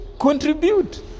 Contribute